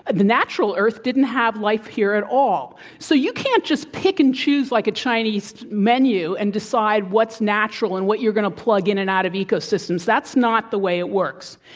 the natural earth didn't have life here at all. so, you can't just pick and choose, like a chinese menu, and decide what's natural and what you're going to plug in and out of ecosystems. that's not the way it works.